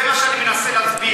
זה מה שאני מנסה להסביר.